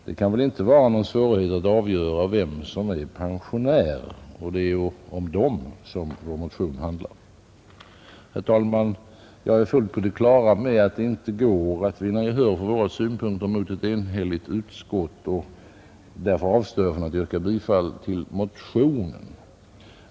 Det kan väl inte vara någon svårighet att avgöra vem som är pensionär, och det är om dem som vår motion handlar. Herr talman! Jag är fullt på det klara med att det inte går att vinna gehör för våra synpunkter mot ett enhälligt utskott, och därför avstår jag från att yrka bifall till motionen.